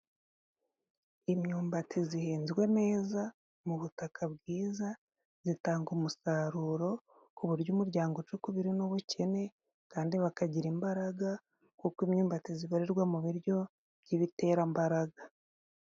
Imyumbati zihinzwe neza mu butaka bwiza zitanga umusaruro ku buryo umuryango uca ukubiri n'ubukene kandi bakagira imbaraga kuko imyumbati zibarirwa mu biryo by'ibiterambaraga.